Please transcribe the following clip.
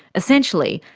essentially,